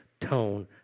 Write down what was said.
tone